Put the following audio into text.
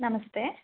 ನಮಸ್ತೆ